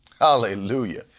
Hallelujah